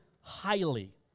highly